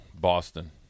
Boston